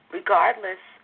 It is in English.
regardless